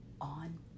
on